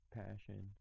passion